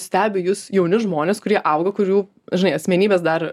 stebi jus jauni žmonės kurie auga kurių dažnai asmenybės dar